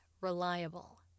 reliable